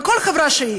בכל חברה שהיא,